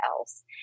else